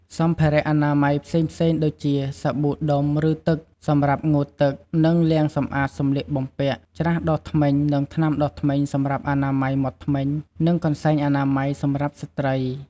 សម្ភារៈអនាម័យផ្សេងៗ ដូចជា សាប៊ូដុំឬទឹក សម្រាប់ងូតទឹក និងលាងសម្អាតសម្លៀកបំពាក់ ច្រាសដុសធ្មេញ និងថ្នាំដុសធ្មេញ សម្រាប់អនាម័យមាត់ធ្មេញ និង កន្សែងអនាម័យ សម្រាប់ស្ត្រី។